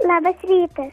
labas rytas